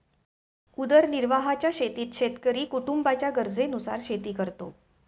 उदरनिर्वाहाच्या शेतीत शेतकरी कुटुंबाच्या गरजेनुसार शेती करतो